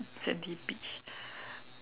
sandy beach